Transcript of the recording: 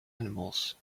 animals